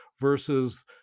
versus